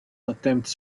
attempts